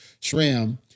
Shram